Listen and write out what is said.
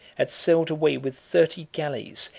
had sailed away with thirty galleys,